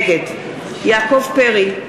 נגד יעקב פרי,